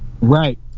Right